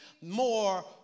more